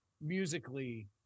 musically